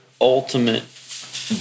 ultimate